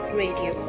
radio